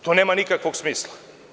To nema nikakvog smisla.